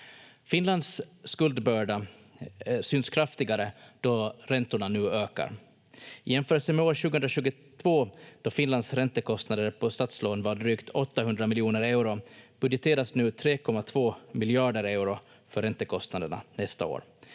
Finlands skuldbörda syns kraftigare då räntorna nu ökar. I jämförelse med år 2022, då Finlands räntekostnader på statslån var drygt 800 miljoner euro, budgeteras nu 3,2 miljarder euro för räntekostnaderna nästa år.